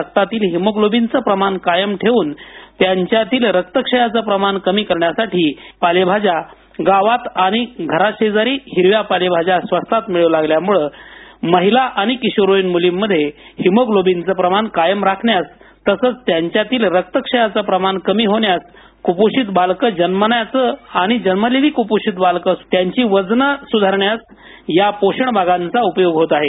रक्तातील हिमोग्लोबीनचे प्रमाण कायम ठेवून त्यांच्यातील रक्तक्ष्याचे प्रमाण कमी करण्यासाठी गावात आणि घराशेजारी हिरव्या पालेभाज्या स्वस्तात मिळू लागल्यामुळे महिला आणि किशोरवयीन मुलींमध्ये हिमोग्लोबीनचे प्रमाण कायम राखण्यास तसेच त्यांच्यातील रक्तक्षयाचे प्रमाण कमी होण्यास कुपोषित बालक जन्माचे आणि जन्मलेली कुपोषित बालकांची वजन सुधारण्यास या पोषण बागांचा उपयोग होत आहे